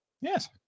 Yes